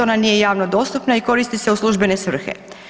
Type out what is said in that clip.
Ona nije javno dostupna i koristi se u službene svrhe.